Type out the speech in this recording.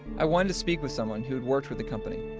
i wanted to speak with someone who'd worked with the company,